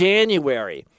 January